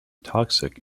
toxic